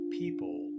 people